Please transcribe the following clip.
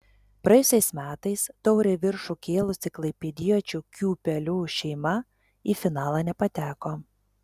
praėjusiais metais taurę į viršų kėlusi klaipėdiečių kiūpelių šeima į finalą nepateko